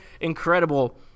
incredible